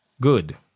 Good